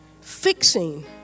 Fixing